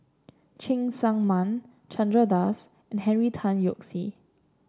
Cheng Tsang Man Chandra Das and Henry Tan Yoke See